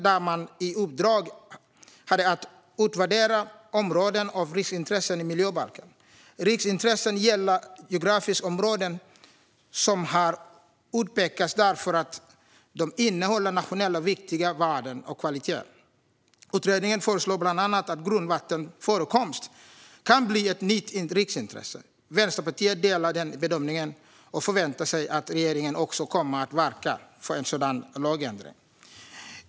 Man hade i uppdrag att utvärdera områden av riksintresse i miljöbalken. Riksintressen gäller geografiska områden som har utpekats därför att de innehåller nationellt viktiga värden och kvaliteter. Utredningen föreslog bland annat att grundvattenförekomst kan bli ett nytt riksintresse. Vänsterpartiet delar denna bedömning och förväntar sig att regeringen också kommer att verka för en sådan lagändring.